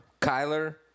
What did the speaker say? Kyler